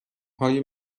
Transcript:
های